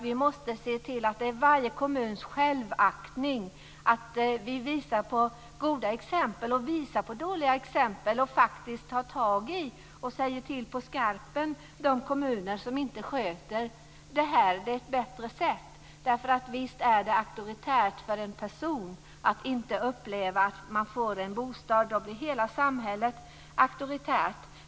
Vi måste se till att det är varje kommuns självaktning att visa på goda och på dåliga exempel och säga till på skarpen till de kommuner som inte sköter detta på ett bättre sätt. Visst upplevs det som auktoritärt för en person att inte få en bostad. Då blir hela samhället auktoritärt.